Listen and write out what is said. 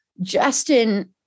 Justin